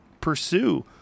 pursue